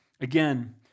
Again